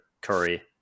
Curry